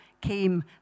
came